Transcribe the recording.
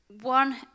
one